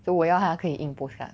so 我要它可以印 postcard